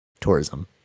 tourism